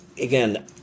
Again